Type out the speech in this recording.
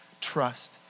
trust